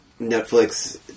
Netflix